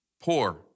poor